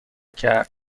کرد